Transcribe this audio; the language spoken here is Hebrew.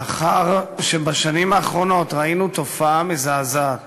לאחר שבשנים האחרונות ראינו תופעה מזעזעת